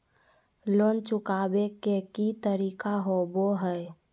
Loan चुकाबे के की तरीका होबो हइ?